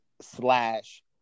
slash